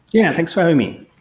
yeah, thanks for having me.